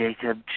Jacob